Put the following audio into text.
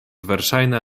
verŝajne